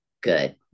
good